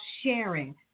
sharing